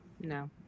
No